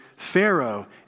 Pharaoh